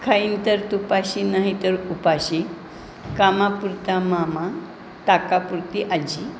खाईन तर तुपाशी नाही तर उपाशी कामापुरता मामा ताकापुरती आजी